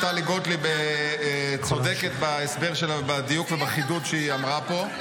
טלי גוטליב צודקת בהסבר שלה ובדיוק ובחידוד שהיא אמרה פה.